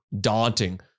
daunting